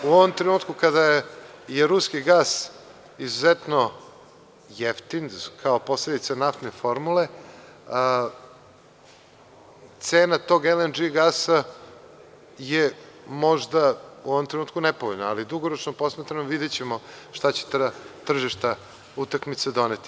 U ovom trenutku, kada je ruski gas izuzetno jeftin, kao posledica naftne formule, cena tog LNG gasa je možda u ovom trenutku nepovoljna, ali dugoročno posmatrano videćemo šta će ta tržišta utakmice doneti.